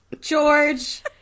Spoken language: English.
George